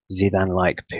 Zidane-like